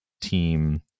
Team